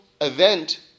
event